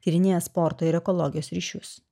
tyrinėja sporto ir ekologijos ryšius